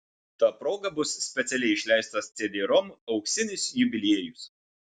ta proga bus specialiai išleistas cd rom auksinis jubiliejus